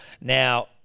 Now